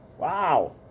Wow